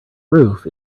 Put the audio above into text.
roof